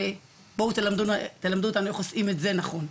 בבואו תלמדו אותנו איך עושים את 'זה' נכון,